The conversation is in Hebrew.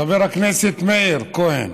חבר הכנסת מאיר כהן,